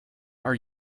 are